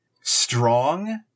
strong